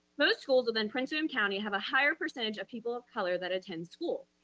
most schools within prince william county have a higher percentage of people of color that attend school.